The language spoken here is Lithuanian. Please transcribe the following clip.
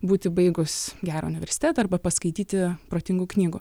būti baigus gero universiteto arba paskaityti protingų knygų